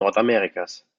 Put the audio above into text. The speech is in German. nordamerikas